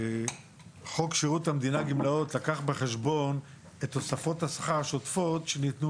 חוק שירות המדינה גמלאות לקח בחשבון את תוספות השכר השוטפות שניתנו